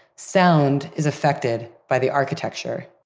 sound is affected by the architecture